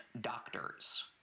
doctors—